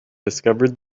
discovered